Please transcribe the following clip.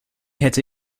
hätte